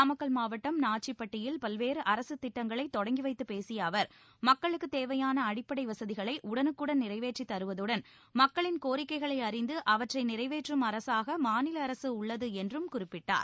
நாமக்கல் மாவட்டம் நாச்சிப்பட்டியில் பல்வேறு அரசு திட்டங்களை தொடங்கி வைத்துப் பேசிய அவர் மக்களுக்குத் தேவையாள அடிப்படை வசதிகளை உடனுக்குடன் நிறைவேற்றி தருவதுடன் மக்களின் கோரிக்கைகளை அறிந்து அவற்றை நிறைவேற்றும் அரசாக மாநில அரசு உள்ளது என்றும் குறிப்பிட்டார்